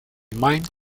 mind